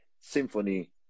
symphony